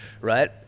Right